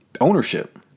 ownership